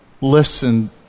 listen